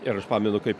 ir aš pamenu kaip